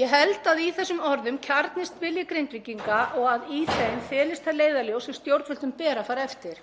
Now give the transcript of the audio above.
Ég held að í þessum orðum kjarnist vilji Grindvíkinga og að í þeim felist það leiðarljós sem stjórnvöldum ber að fara eftir.